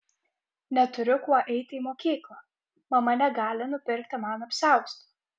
neturiu kuo eiti į mokyklą mama negali nupirkti man apsiausto